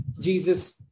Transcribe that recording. Jesus